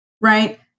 right